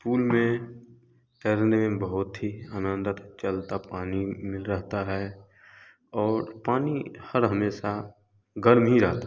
पुल में तैरने में बहुत ही आनंद आता है चलता पानी मिल रहता है और पानी हर हमेशा गर्म ही रहता